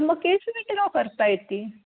मग case withdraw करता येते